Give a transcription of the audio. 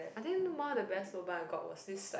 I think one of the best lobang I got was this like